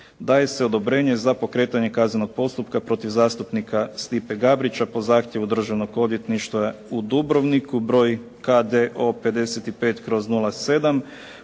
Daje se odobrenje za pokretanje kaznenog postupka protiv zastupnika Stipe Gabrića po zahtjevu Državnog odvjetništva u Dubrovniku, broj KDO 55/07